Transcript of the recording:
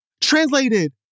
Translated